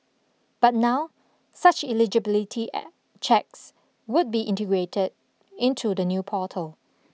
but now such eligibility checks would be integrated into the new portal